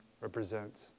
represents